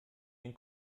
den